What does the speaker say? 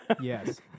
Yes